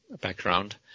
background